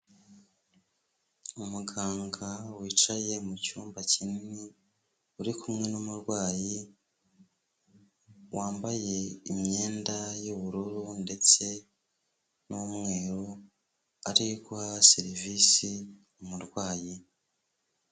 Umuganga wicaye mu cyumba kinini, uri kumwe n'umurwayi, wambaye imyenda y'ubururu ndetse n'umweru, ari guha serivisi umurwayi.